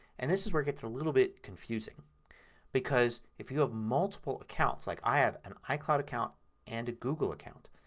and this is where it gets a little bit confusing because if you have multiple accounts, like i have an icloud account and a goggle account,